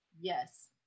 Yes